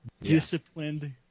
disciplined